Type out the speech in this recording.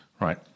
Right